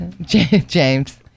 James